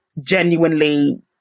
genuinely